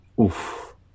Oof